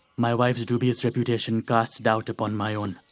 my wife's dubious reputation casts doubt upon my own.